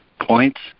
points